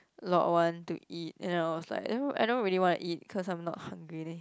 Lot One to eat and I was like I don't I don't really want to eat cause I'm not hungry then